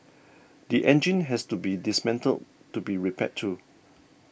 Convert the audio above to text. the engine has to be dismantled to be repaired too